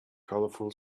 colorful